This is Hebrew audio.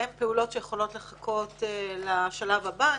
יכולות לחכות לשלב הבא.